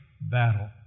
battle